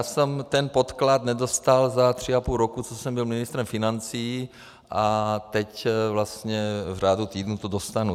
Já jsem ten podklad nedostal za tři a půl roku, co jsem byl ministrem financí, a teď vlastně v řádu týdnu to dostanu.